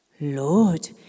Lord